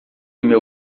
meu